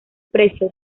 precio